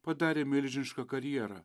padarė milžinišką karjerą